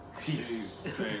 Peace